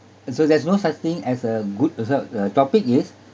so there's no such thing as a good as well the topic is